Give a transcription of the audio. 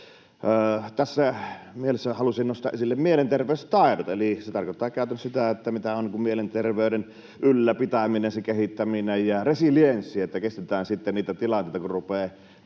Tässä mielessä halusin nostaa esille mielenterveystaidot. Se tarkoittaa käytännössä sitä, mitä on mielenterveyden ylläpitäminen, sen kehittäminen ja resilienssi, niin että kestetään sitten niitä tilanteita, kun rupeaa